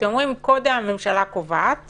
אתם אומרים שקודם הממשלה קובעת